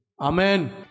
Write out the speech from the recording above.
Amen